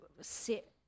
sit